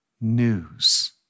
news